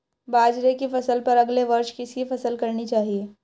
बाजरे की फसल पर अगले वर्ष किसकी फसल करनी चाहिए?